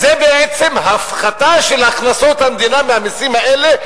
זו בעצם הפחתה של הכנסות המדינה מהמסים האלה.